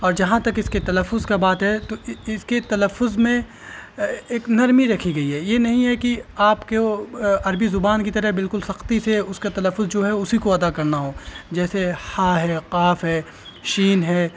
اور جہاں تک اس کے تلفظ کا بات ہے تو اس کے تلفظ میں ایک نرمی رکھی گئی ہے یہ نہیں ہے کہ آپ کہ وہ عربی زبان کی طرح بالکل سختی سے اس کا تلفظ جو ہے اسی کو ادا کرنا ہو جیسے ہا ہے قاف ہے شین ہے